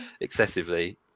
excessively